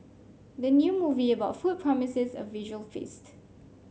the new movie about food promises a visual feast